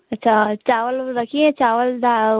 अच्छा चवाल व रखी है चावल दाल